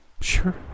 Sure